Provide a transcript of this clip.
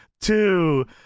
two